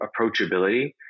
approachability